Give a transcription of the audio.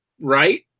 right